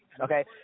Okay